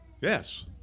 Yes